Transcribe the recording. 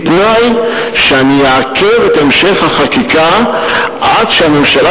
בתנאי שאני אעכב את המשך החקיקה עד שהממשלה